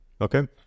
Okay